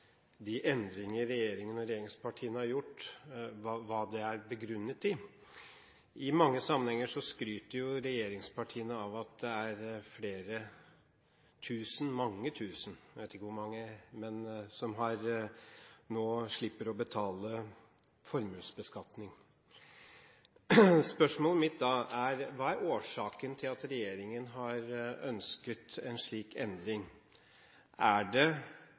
gjort, er begrunnet i. I mange sammenhenger skryter regjeringspartiene av at det er flere tusen – mange tusen, jeg vet ikke hvor mange – som nå slipper å betale formuesskatt. Spørsmålene mine er: Hva er årsaken til at regjeringen har ønsket en slik endring? Er det